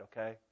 Okay